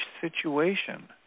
situation